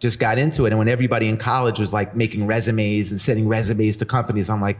just got into it. and when everybody in college was like making resumes and sending resumes to companies, i'm like,